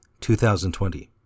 2020